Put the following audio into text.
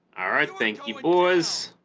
alright thank you boys